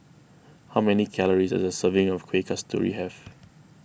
how many calories does a serving of Kuih Kasturi have